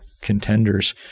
contenders